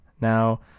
now